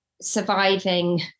surviving